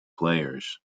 players